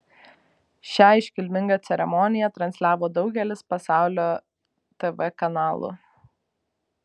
šią iškilmingą ceremoniją transliavo daugelis pasaulio tv kanalų